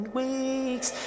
weeks